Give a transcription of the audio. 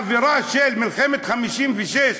האווירה של מלחמת 1956,